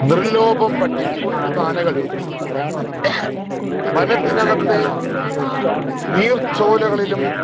നിർലോഭം ഭക്ഷിച്ചുകൊണ്ടിരുന്ന ആനകൾ വനത്തിനകത്തെ നീർച്ചോലകളിലും